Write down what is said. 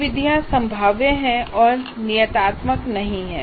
तो विधियां संभाव्य हैं और नियतात्मक नहीं हैं